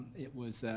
it was